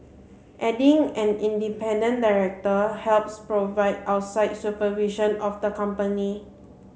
adding an independent director helps provide outside supervision of the company